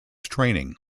training